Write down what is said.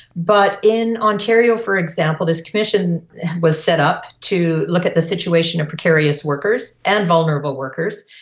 but in ontario for example this commission was set up to look at the situation of precarious workers and vulnerable workers,